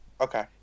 okay